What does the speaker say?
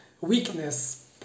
weakness